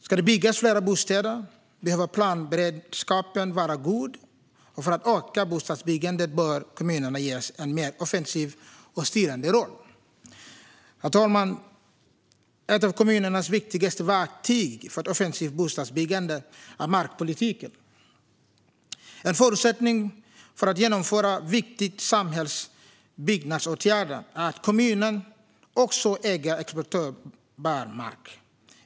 Ska det byggas fler bostäder behöver planberedskapen vara god, och för att öka bostadsbyggandet bör kommunerna ges en mer offensiv och styrande roll. Herr talman! Ett av kommunernas viktigaste verktyg för ett offensivt bostadsbyggande är markpolitiken. En förutsättning för att genomföra viktiga samhällsbyggnadsåtgärder är att kommunen också äger exploaterbar mark.